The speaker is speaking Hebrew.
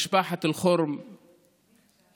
משפחת אל-כארם,